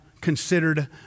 considered